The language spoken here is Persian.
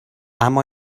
اما